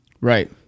Right